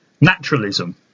naturalism